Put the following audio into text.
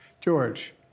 George